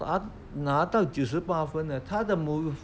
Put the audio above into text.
他拿到九十八分他的母